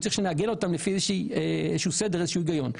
צריך לעגן אותם לפי איזשהו סדר ואיזשהו הגיון.